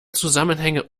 zusammenhänge